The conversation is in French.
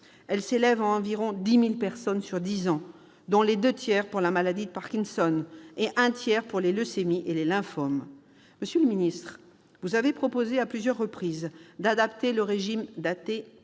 personnes seraient concernées sur dix ans, dont les deux tiers pour la maladie de Parkinson et un tiers pour les leucémies et les lymphomes. Monsieur le ministre, vous avez proposé à plusieurs reprises d'adapter le régime